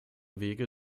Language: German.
wege